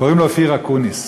קוראים לו אופיר אקוניס,